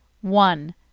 One